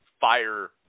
Fire